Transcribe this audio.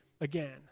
again